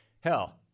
Hell